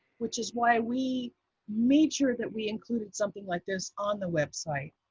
which is why we made sure that we included something like this on the website.